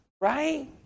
right